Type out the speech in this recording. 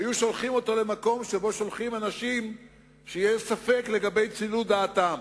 היו שולחים אותו למקום שאליו שולחים אנשים שיש ספק לגבי צלילות דעתם.